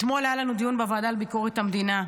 אתמול היה לנו דיון בוועדה לביקורת המדינה.